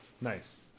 nice